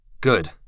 Good